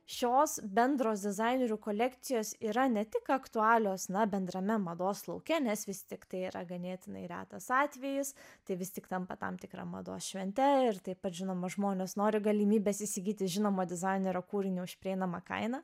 šios bendros dizainerių kolekcijos yra ne tik aktualios na bendrame mados lauke nes vis tiktai yra ganėtinai retas atvejis tai vis tik tampa tam tikra mados švente ir taip pat žinoma žmonės nori galimybės įsigyti žinomo dizainerio kūrinį už prieinamą kainą